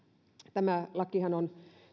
tämän lainhan on